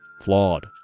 Flawed